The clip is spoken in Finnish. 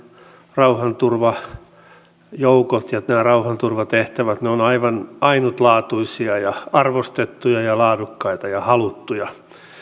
rauhanturvajoukot ja rauhanturvatehtävät ovat aivan ainutlaatuisia arvostettuja laadukkaita ja haluttuja